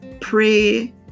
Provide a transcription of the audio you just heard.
Pray